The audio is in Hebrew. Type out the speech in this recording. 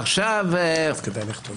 עכשיו אני רוצה לדון